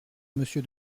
monsieur